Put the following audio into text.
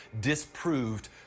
disproved